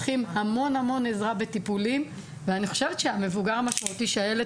שהם צריכים המון עזרה בטיפולים ואני חושבת שהמבוגר המסורתי שהילד